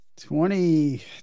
twenty